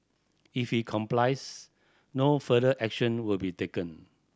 if he complies no further action will be taken